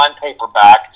paperback